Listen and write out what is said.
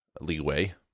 leeway